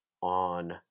on